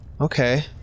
Okay